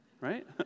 Right